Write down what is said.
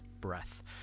breath